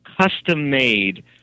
custom-made